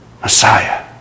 Messiah